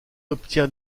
obtient